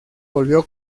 volvió